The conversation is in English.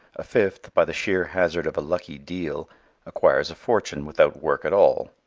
a fifth by the sheer hazard of a lucky deal acquires a fortune without work at all.